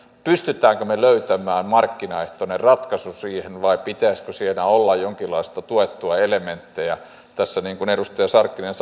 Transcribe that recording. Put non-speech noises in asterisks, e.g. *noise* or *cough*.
pystymmekö löytämään markkinaehtoisen ratkaisun siihen vai pitäisikö siinä olla jonkinlaisia tuettuja elementtejä niin kuin edustaja sarkkinen *unintelligible*